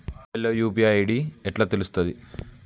Mobile లో UPI ID ఎట్లా తెలుస్తది?